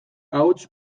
ahots